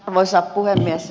arvoisa puhemies